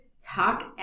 talk